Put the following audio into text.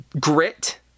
Grit